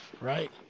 right